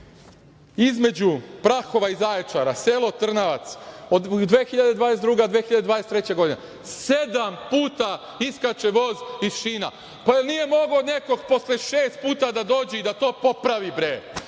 između Prahova i Zaječara, selo Trnavac, od 2022. do 2023. godine, sedam puta iskače voz iz šina, pa da li nije mogao neko posle šest puta da dođe i da to popravi, bre?